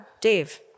Dave